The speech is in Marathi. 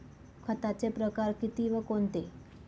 खताचे प्रकार किती व कोणते?